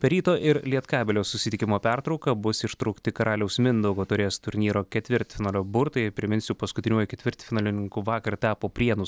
ryto ir lietkabelio susitikimo pertrauką bus ištraukti karaliaus mindaugo taurės turnyro ketvirtfinalio burtai priminsiu paskutiniuoju ketvirtfinalininku vakar tapo prienus